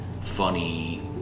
funny